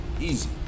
easy